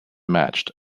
matched